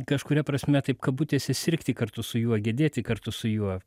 kažkuria prasme taip kabutėse sirgti kartu su juo gedėti kartu su juo